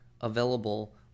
available